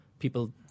People